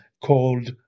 called